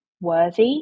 worthy